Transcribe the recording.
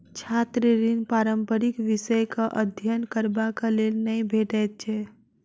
छात्र ऋण पारंपरिक विषयक अध्ययन करबाक लेल नै भेटैत छै